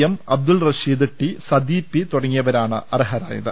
M Abdul Rasheed T Sathi P തുടങ്ങിയവരാണ് അർഹരായത്